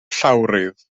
llawrydd